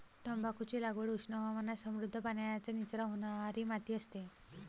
तंबाखूची लागवड उष्ण हवामानात समृद्ध, पाण्याचा निचरा होणारी माती असते